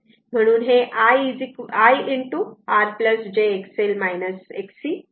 म्हणून हे I R j XL Xc असे येते